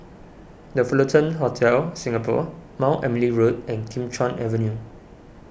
the Fullerton Hotel Singapore Mount Emily Road and Kim Chuan Avenue